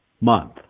month